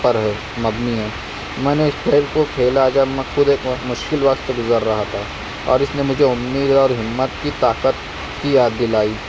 پر مبنی ہے میں نے اس کھیل کو کھیلا جب میں خود ایک مشکل وقت سے گزر رہا تھا اور اس نے مجھے امید اور ہمت کی طاقت کی یاد دلائی